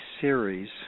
series